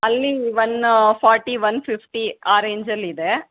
ಅಲ್ಲಿ ಒನ್ನ forty one fifty ಆ ರೇಂಜಲ್ಲಿ ಇದೆ